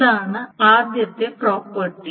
അതാണ് ആദ്യത്തെ പ്രോപ്പർട്ടി